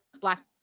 Black